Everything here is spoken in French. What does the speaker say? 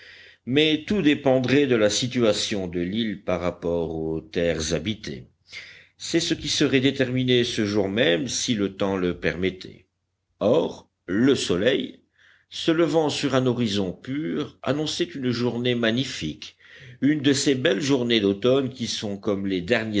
mais tout dépendrait de la situation de l'île par rapport aux terres habitées c'est ce qui serait déterminé ce jour même si le temps le